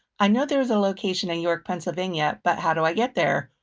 i know, there is a location in york, pennsylvania, but how do i get there?